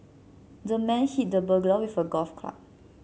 the man hit the burglar with a golf club